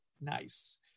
nice